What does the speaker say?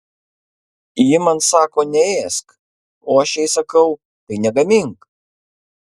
ji man sako neėsk o aš jai sakau tai negamink